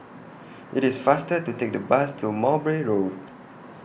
IT IS faster to Take The Bus to Mowbray Road